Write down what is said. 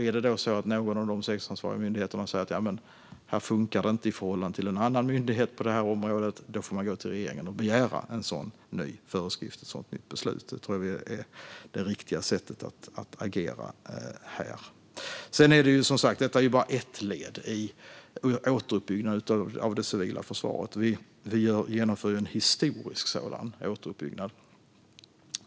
Är det då så att någon av de sektorsansvariga myndigheterna säger att något inte funkar i förhållande till en annan myndighet på ett område, då får man gå till regeringen och begära en ny föreskrift och ett nytt beslut. Det tror vi är det riktiga sättet att agera på här. Sedan är detta som sagt bara ett led i återuppbyggnaden av det civila försvaret. Vi genomför ju en historisk sådan återuppbyggnad.